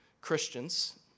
Christians